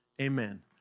Amen